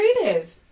creative